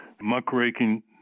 Muckraking